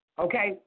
Okay